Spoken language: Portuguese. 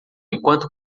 enquanto